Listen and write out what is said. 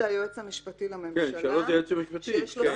זה היועץ המשפטי לממשלה, שיש לו סמכות.